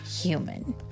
human